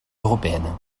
européennes